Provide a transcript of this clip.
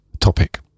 topic